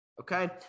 okay